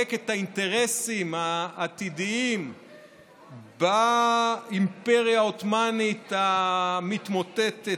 את האינטרסים העתידיים באימפריה העות'מאנית המתמוטטת.